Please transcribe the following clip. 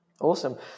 Awesome